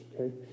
okay